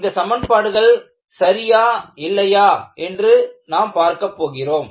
இந்த சமன்பாடுகள் சரியா இல்லையா என்று நாம் பார்க்கப் போகிறோம்